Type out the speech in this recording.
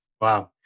Wow